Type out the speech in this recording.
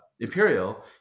Imperial